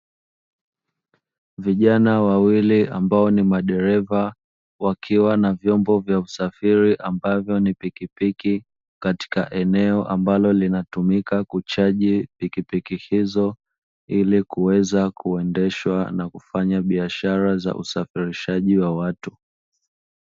Vijana wawili ambao ni madereva wakiwa na vyombo vya usafiri ambavyo ni pikipiki katika eneo linalotumika kuchaji pikipiki hizo, ili kuweza kuendeshwa na kufanya biashara za usafirishaji wa watu.